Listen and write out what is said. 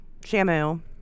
Shamu